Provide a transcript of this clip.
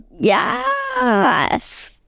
Yes